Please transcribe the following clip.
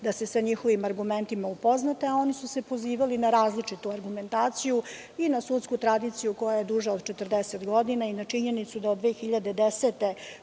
da se sa njihovim argumentima upoznate, a oni su se pozivali na različitu argumentaciju i na sudsku tradiciju koja je duža od 40 godina i na činjenicu da od 2010.